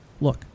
Look